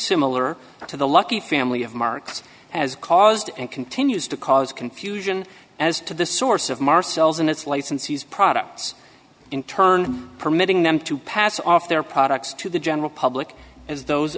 similar to the lucky family of marks as caused and continues to cause confusion as to the source of marcel's and its licensees products in turn permitting them to pass off their products to the general public those